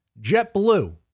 JetBlue